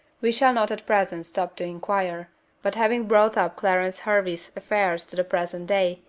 we shall not at present stop to inquire but having brought up clarence hervey's affairs to the present day,